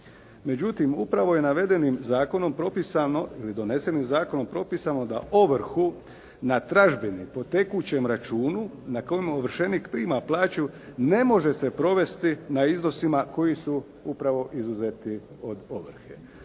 propisano ili donesenim zakonom propisano, da ovrhu na tražbini po tekućem računu na kojem ovršenih prima plaću, ne može se provesti na iznosima koji su upravo izuzeti od ovrhe.